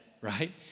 right